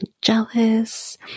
jealous